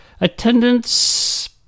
Attendance